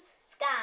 sky